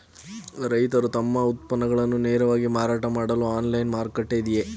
ರೈತರು ತಮ್ಮ ಉತ್ಪನ್ನಗಳನ್ನು ನೇರವಾಗಿ ಮಾರಾಟ ಮಾಡಲು ಆನ್ಲೈನ್ ಮಾರುಕಟ್ಟೆ ಇದೆಯೇ?